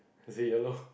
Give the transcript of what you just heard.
is it yellow